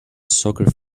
soccer